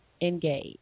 engage